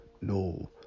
No